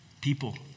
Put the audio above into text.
People